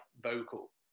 vocal